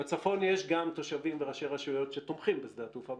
בצפון יש גם תושבים וראשי רשויות שתומכים בשדה התעופה.